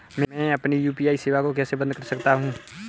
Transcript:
मैं अपनी यू.पी.आई सेवा को कैसे बंद कर सकता हूँ?